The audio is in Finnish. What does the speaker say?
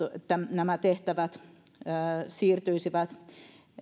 nämä tehtävät siirtyisivät